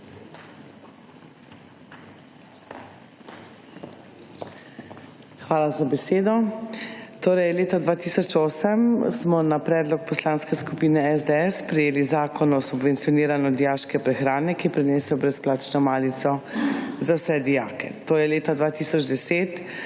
Hvala za besedo. Torej, leta 2008 smo na predlog poslanske skupine SDS sprejeli zakon o subvencioniranju dijaške prehrane, ki je prinesel brezplačno malico za vse dijake. To je leta 2010